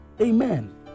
Amen